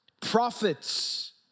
prophets